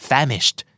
Famished